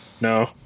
No